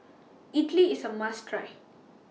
Idili IS A must Try